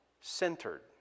centered